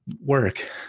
work